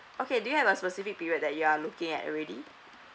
okay do you have a specific period that you are looking at already